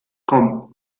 komm